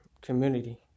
community